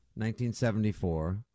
1974